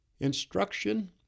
Instruction